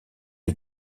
les